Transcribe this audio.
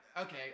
okay